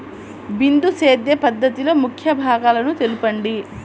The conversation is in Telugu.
బిందు సేద్య పద్ధతిలో ముఖ్య భాగాలను తెలుపండి?